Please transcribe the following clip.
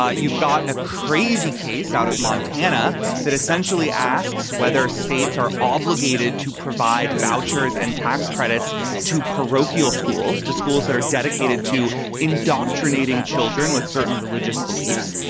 ah you've got a crazy case out of montana that essentially asks whether states are obligated to provide vouchers and tax credits to parochial schools, to schools that are dedicated to indoctrinating children with certain religious beliefs.